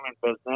business